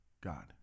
God